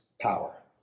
power